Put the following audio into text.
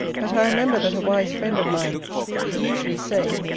but i remember that a wise friend of mine did usually say,